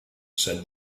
said